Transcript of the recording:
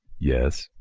yes,